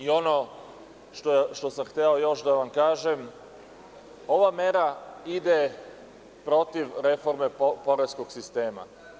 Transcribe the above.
Ono što sam hteo još da vam kažem, ova mera ide protiv reforme poreskog sistema.